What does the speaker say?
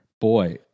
Boy